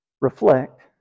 reflect